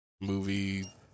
movie